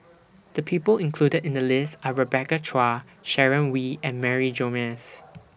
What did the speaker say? The People included in The list Are Rebecca Chua Sharon Wee and Mary Gomes